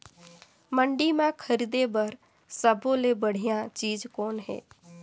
मंडी म खरीदे बर सब्बो ले बढ़िया चीज़ कौन हे?